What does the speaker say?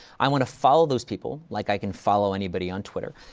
i want to follow those people like i can follow anybody on twitter.